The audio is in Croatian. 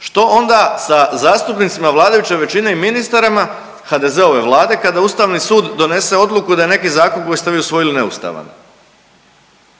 što onda sa zastupnicima vladajuće većine i ministrima HDZ-ove Vlade kada Ustavni sud donese odluku da je neki zakon koji ste vi usvojili neustavan,